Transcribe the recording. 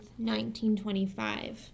1925